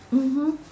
mmhmm